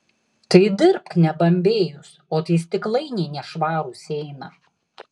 tai dirbk nebambėjus o tai stiklainiai nešvarūs eina